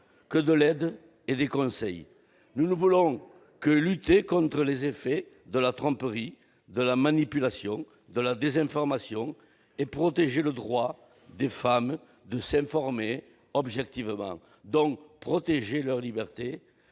que de l'aide et des conseils. Nous voulons simplement lutter contre les effets de la tromperie, de la manipulation, de la désinformation et protéger le droit des femmes de s'informer objectivement. Nous entendons protéger leur liberté